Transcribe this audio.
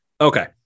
Okay